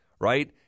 right